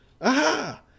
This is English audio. Aha